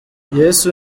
yesu